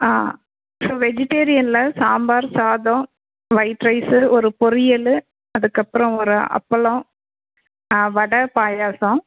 ஆ so வெஜிடேரியனில் சாம்பார் சாதம் white rice ஒரு பொரியல் அதற்கப்றோம் ஒரு அப்பளம் வட பாயாசம்